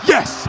Yes